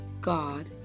God